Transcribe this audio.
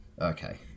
Okay